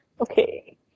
Okay